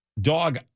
dog